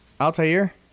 Altair